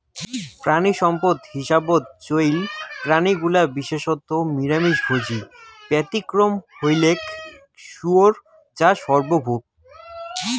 প্রাণীসম্পদ হিসাবত চইল প্রাণীগুলা বিশেষত নিরামিষভোজী, ব্যতিক্রম হইলেক শুয়োর যা সর্বভূক